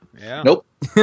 Nope